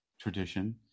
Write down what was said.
tradition